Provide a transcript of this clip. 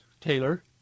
Taylor